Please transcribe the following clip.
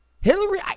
Hillary